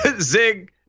Zig